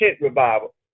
revival